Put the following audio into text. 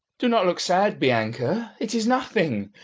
do not look sad, bianca. it is nothing.